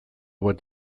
bat